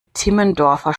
timmendorfer